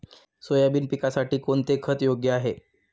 Soybean पिकासाठी कोणते खत योग्य आहे?